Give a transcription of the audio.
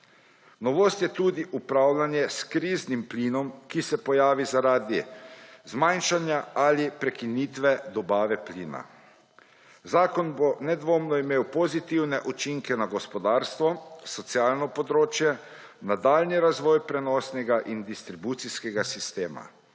Novost je tudi upravljanje s kriznim plinom, ki se pojavi zaradi zmanjšanja ali prekinitve dobave plina. Zakon bo nedvoumno imel pozitivne učinke na gospodarstvo, socialno področje, nadaljnji razvoj prenosnega in distribucijskega sistema.